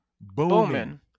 Bowman